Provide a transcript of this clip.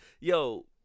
yo